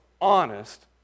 honest